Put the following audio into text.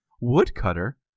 woodcutter